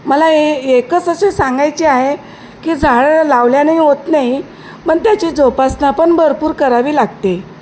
मला ए एकच असे सांगायचे आहे की झाड लावल्याने होत नाही पण त्याची जोपासना पण भरपूर करावी लागते